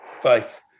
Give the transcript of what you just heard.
faith